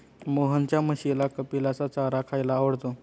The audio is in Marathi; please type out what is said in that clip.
मोहनच्या म्हशीला कपिलाचा चारा खायला आवडतो